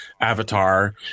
avatar